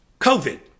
COVID